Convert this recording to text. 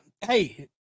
Hey